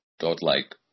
godlike